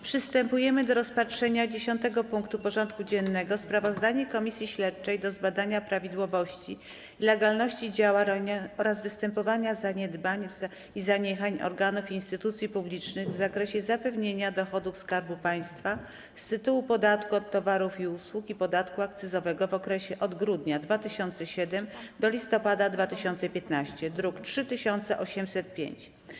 Przystępujemy do rozpatrzenia punktu 10. porządku dziennego: Sprawozdanie Komisji Śledczej do zbadania prawidłowości i legalności działań oraz występowania zaniedbań i zaniechań organów i instytucji publicznych w zakresie zapewnienia dochodów Skarbu Państwa z tytułu podatku od towarów i usług i podatku akcyzowego w okresie od grudnia 2007 r. do listopada 2015 r. (druk nr 3805)